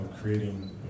creating